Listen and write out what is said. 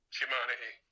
humanity